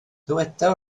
dyweda